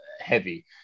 heavy